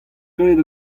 graet